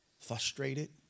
frustrated